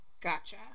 Gotcha